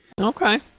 Okay